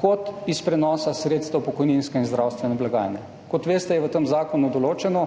kot iz prenosa sredstev pokojninske in zdravstvene blagajne. Kot veste, je v tem zakonu določeno,